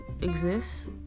exists